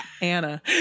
Anna